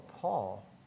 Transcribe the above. Paul